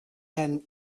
and